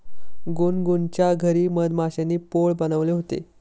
गुनगुनच्या घरी मधमाश्यांनी पोळं बनवले होते